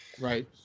right